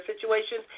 situations